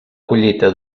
collita